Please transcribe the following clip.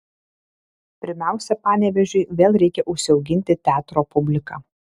pirmiausia panevėžiui vėl reikia užsiauginti teatro publiką